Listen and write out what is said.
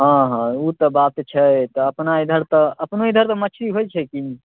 हाँ हाँ उ तऽ बात छै तऽ अपना इधर तऽ अपनो इधर तऽ मछरी होइ छै कि